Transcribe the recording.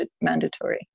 mandatory